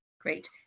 Great